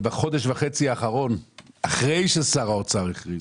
בחודש וחצי האחרון אחרי ששר האוצר הכריז